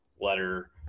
letter